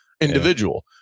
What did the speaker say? individual